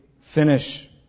finish